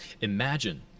imagine